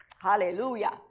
Hallelujah